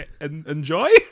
enjoy